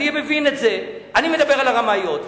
אני מבין את זה, אני מדבר על הרמאיות.